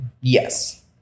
Yes